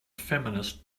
feminist